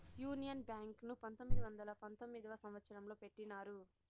union Bank ను పంతొమ్మిది వందల పంతొమ్మిదవ సంవచ్చరంలో పెట్టినారు